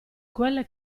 quelle